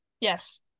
Yes